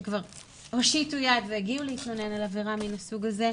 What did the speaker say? שכבר הושיטו יד והגיעו להתלונן על עבירה מן הסוג הזה,